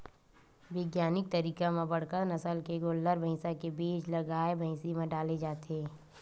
बिग्यानिक तरीका म बड़का नसल के गोल्लर, भइसा के बीज ल गाय, भइसी म डाले जाथे